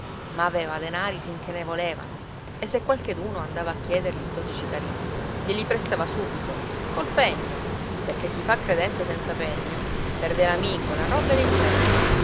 ma aveva denari sin che ne volevano e se qualcheduno andava a chiedergli dodici tarì glieli prestava subito col pegno perché chi fa credenza senza pegno perde l'amico la roba e